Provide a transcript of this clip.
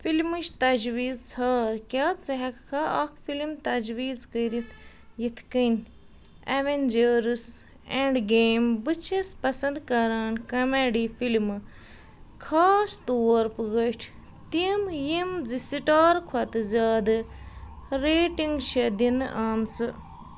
فِلمٕچ تجویٖز ژھار کیٛاہ ژٕ ہٮ۪کہٕ کھا اکھ فِلِم تجویٖز کٔرِتھ یِتھ کٔنۍ اٮ۪وٮ۪جٲرٕس اینٛڈ گیم بہٕ چھَس پسنٛد کَران کَمیڈی فِلمہٕ خاص طور پٲٹھۍ تِم یِم زٕ سِٹار کھۄتہٕ زیادٕ ریٹِنٛگ چھےٚ دِنہٕ آمژٕ